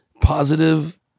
positive